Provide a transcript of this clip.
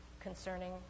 concerning